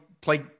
play